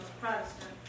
Protestant